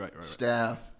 staff